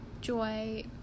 joy